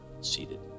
seated